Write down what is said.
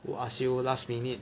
who ask you last minute